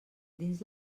dins